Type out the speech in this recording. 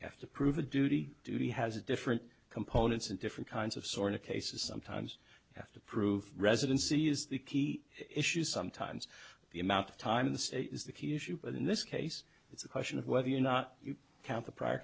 you have to prove a duty to be has a different components and different kinds of sort of cases sometimes you have to prove residency is the key issue sometimes the amount of time the state is the key issue in this case it's a question of whether or not you count the prior